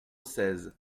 seize